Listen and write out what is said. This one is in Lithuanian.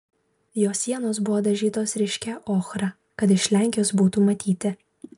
jo sienos buvo dažytos ryškia ochra kad iš lenkijos būtų matyti